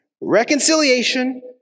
Reconciliation